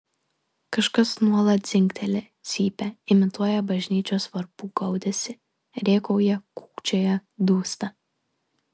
kažkas nuolat dzingteli cypia imituoja bažnyčios varpų gaudesį rėkauja kūkčioja dūsta